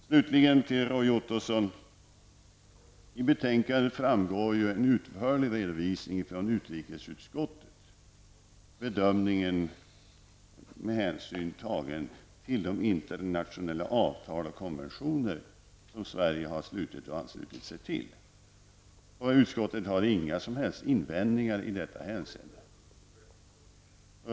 I betänkandet finns, Roy Ottosson, en utförlig redovisning från utrikesutskottet och en bedömning av projektet med hänsyn till de internationella avtal och konventioner som Sverige har slutit och anslutit sig till. Utskottet har inga som helst invändningar i detta hänseende.